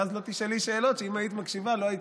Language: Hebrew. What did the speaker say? ואז לא תשאלי שאלות שאם היית מקשיבה לא היית,